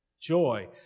Joy